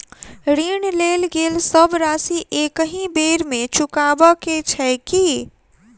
ऋण लेल गेल सब राशि एकहि बेर मे चुकाबऽ केँ छै की?